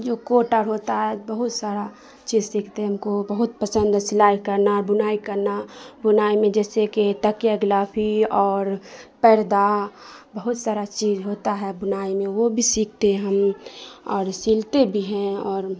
جو کوٹا ہوتا ہے بہت سارا چیز سیکھتے ہیں ہم کو بہت پسند ہے سلائی کرنا بنائی کرنا بنائی میں جیسے کہ تکیہ غلافی اور پردہ بہت سارا چیز ہوتا ہے بنائی میں وہ بھی سیکھتے ہیں ہم اور سلتے بھی ہیں اور